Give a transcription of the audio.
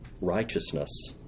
righteousness